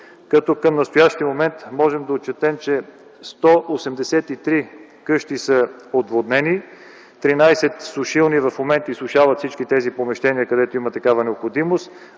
към настоящия момент можем да отчетем, че 183 къщи са отводнени, 13 сушилни в момента изсушават всички тези помещения, където има необходимост.